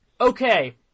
Okay